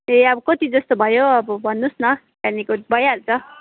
ए अब कति जस्तो भयो अब भन्नुहोस् न त्यहाँदेखिको भइहाल्छ